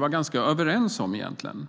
vara ganska överens om det här.